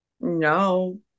No